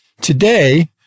today